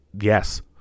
Yes